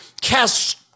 Cast